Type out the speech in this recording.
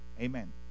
Amen